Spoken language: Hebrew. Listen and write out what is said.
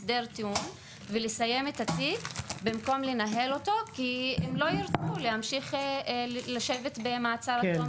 עד 33% מבין אוכלוסיית העצורים הם עצורים עד תום